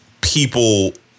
People